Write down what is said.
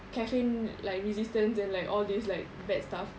caffeine like resistance and like all these like bad stuff